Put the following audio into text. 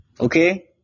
Okay